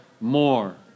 more